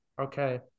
Okay